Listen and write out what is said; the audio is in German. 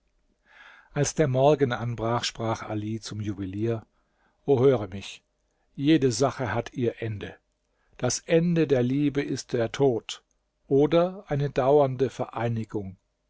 als der morgen anbrach sprach ali zum juwelier o höre mich jede sache hat ihr ende das ende der liebe ist der tod oder eine dauernde vereinigung